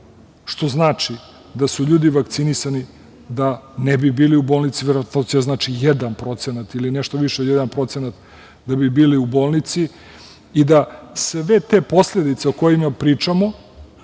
To znači da su ljudi vakcinisani da ne bi bili u bolnici. Verovatnoća je 1% ili nešto više od 1% da bi bili u bolnici i sve te posledice o kojima pričamo,